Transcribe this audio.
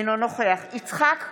אינו נוכח יצחק כהן,